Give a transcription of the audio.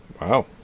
Wow